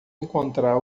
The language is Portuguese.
encontrar